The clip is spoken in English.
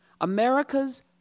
America's